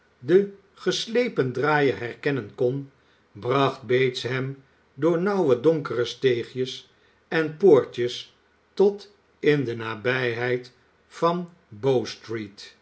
den geslepen draaier herkennen kon bracht bates hem door nauwe donkere steegjes en poortjes tot in de nabijheid van bo